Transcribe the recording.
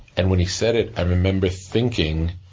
and, when he said it, i remember thinking,